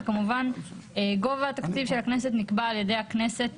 וכמובן גובה התקציב של הכנסת נקבע על ידי הכנסת